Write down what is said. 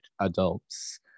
adults